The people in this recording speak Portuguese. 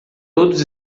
todos